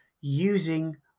using